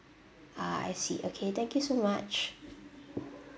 ah I see okay thank you so much